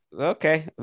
okay